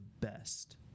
best